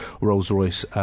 Rolls-Royce